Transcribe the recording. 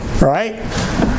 right